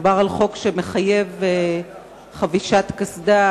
חוק שמחייב חבישת קסדה